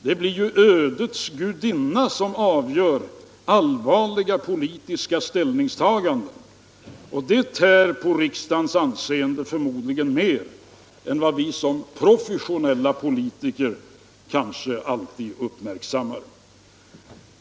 Det blir ödets gudinna som avgör allvarliga politiska ställningstaganden, och det tär på riksdagens anseende, förmodligen mer än vad vi som professionella politiker alltid uppmärksammar.